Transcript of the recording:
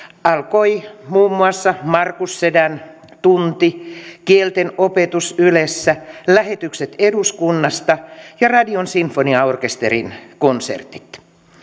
alkoi muun muassa markus sedän tunti kielten opetus ylessä lähetykset eduskunnasta ja radion sinfoniaorkesterin konsertit